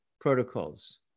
protocols